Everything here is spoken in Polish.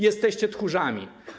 Jesteście tchórzami.